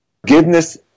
Forgiveness